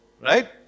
right